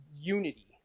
unity